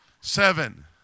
seven